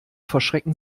verschrecken